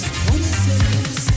promises